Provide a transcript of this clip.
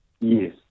Yes